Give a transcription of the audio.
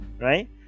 right